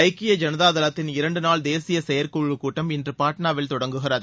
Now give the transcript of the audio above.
ஐக்கிய ஜனதாதளத்தின் இரண்டுநாள் தேசியசெயற்குழுக்கூட்டம் இன்றுபாட்னாவில் தொடங்குகிறது